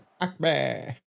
Acme